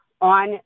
on